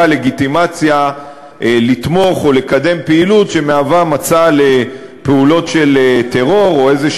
לגיטימציה לתמוך או לקדם פעילות שמהווה מצע לפעולות של טרור או איזו,